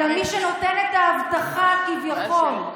אלא מי שנותן את האבטחה כביכול,